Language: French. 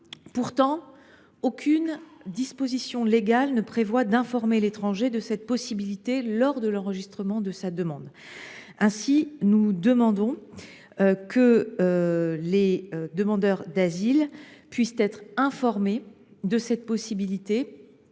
Pourtant, aucune disposition légale ne prévoit d’informer l’étranger de cette possibilité lors de l’enregistrement de sa demande. Aussi, nous proposons que les demandeurs d’asile en soient informés, pour qu’ils